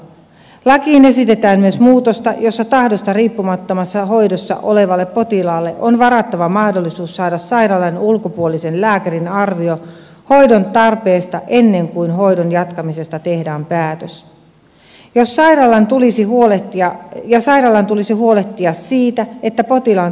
lakiin esitetään myös muutosta jossa tahdosta riippumattomassa hoidossa olevalle potilaalle on varattava mahdollisuus saada sairaalan ulkopuolisen lääkärin arvio hoidon tarpeesta ennen kuin hoidon jatkamisesta tehdään päätös ja sairaalan tulisi huolehtia siitä että potilaan tahto toteutetaan